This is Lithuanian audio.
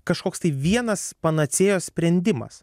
kažkoks tai vienas panacėjos sprendimas